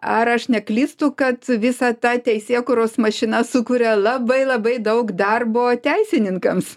ar aš neklystu kad visa ta teisėkūros mašina sukuria labai labai daug darbo teisininkams